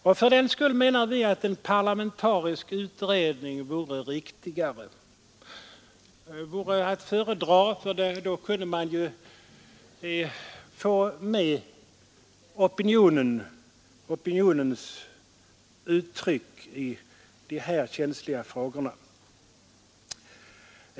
Och fördenskull menar vi att en parlamentarisk utredning vore att föredra, ty då kunde också opinionen bättre komma till uttryck i de här frågorna.